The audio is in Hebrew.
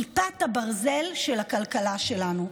כיפת הברזל של הכלכלה שלנו,